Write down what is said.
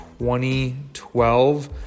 2012